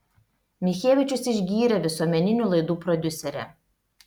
michevičius išgyrė visuomeninių laidų prodiuserę